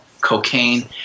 cocaine